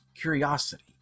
curiosity